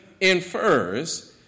infers